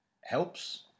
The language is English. helps